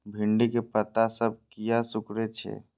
भिंडी के पत्ता सब किया सुकूरे छे?